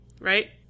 Right